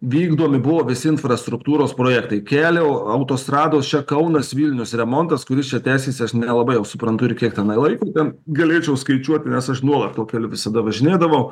vykdomi buvo visi infrastruktūros projektai kelio autostrados čia kaunas vilnius remontas kuris čia tęsiasi aš nelabai jau suprantu ir kiek tenai laiko ten galėčiau skaičiuoti nes aš nuolat tuo keliu visada važinėdavau